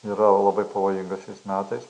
yra labai pavojingas šiais metais